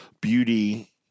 beauty